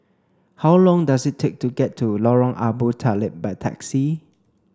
how long does it take to get to Lorong Abu Talib by taxi